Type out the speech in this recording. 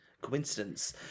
coincidence